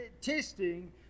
testing